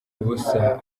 ubusa